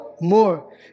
more